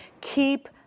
keep